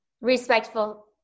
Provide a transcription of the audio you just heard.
respectful